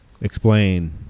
Explain